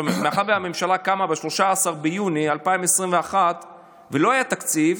מאחר שהממשלה קמה ב-13 ביוני 2021 ולא היה תקציב,